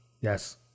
Yes